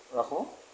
ৰাখোঁ